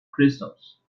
crystals